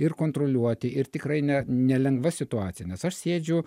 ir kontroliuoti ir tikrai ne nelengva situacija nes aš sėdžiu